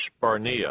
Barnea